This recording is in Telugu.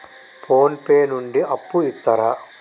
ఫోన్ పే నుండి అప్పు ఇత్తరా?